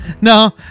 No